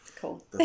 cool